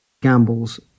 gambles